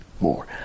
more